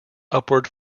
upward